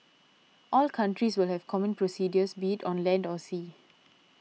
all countries will have common procedures be it on land or sea